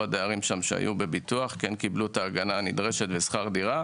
הדיירים שם שהיו בביטוח כן קיבלו את ההגנה הנדרשת ושכר דירה.